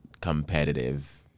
competitive